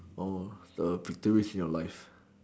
oh the victories in your life